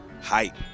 Hype